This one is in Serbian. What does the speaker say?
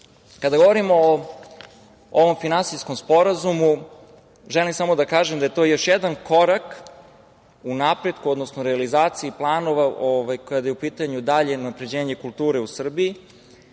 govorimo o ovom finansijskom sporazumu, želim samo da kažem da je to još jedan korak u napretku, odnosno realizaciji planova kada je u pitanju dalje unapređenje kulture u Srbiji,